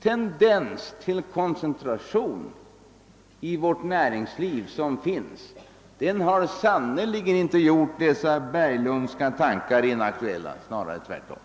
tendens till koncentration som finns i vårt näringsliv har sannerligen inte gjort dessa Berglundska tankar inaktuella, snarare tvärtom.